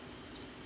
mm